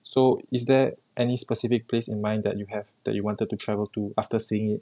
so is there any specific place in mind that you have that you wanted to travel to after seeing it